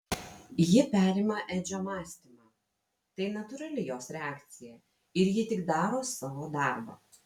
ji perima edžio mąstymą tai natūrali jos reakcija ir ji tik daro savo darbą